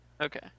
Okay